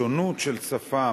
שונות של שפה,